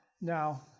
Now